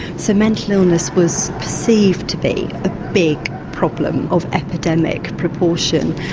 so mental illness was perceived to be a big problem of epidemic proportion.